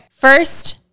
first